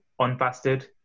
unfasted